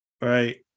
right